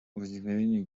возникновения